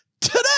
today